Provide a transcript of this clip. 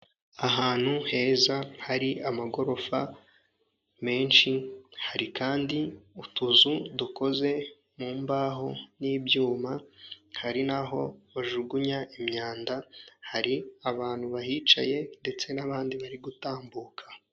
Ahantu heza hari amagorofa menshi hari kandi utuzu dukoze mu mbaho n'ibyuma, hari naho bajugunya imyanda hari abantu bahicaye ndetse n'abandi bari gutambuka.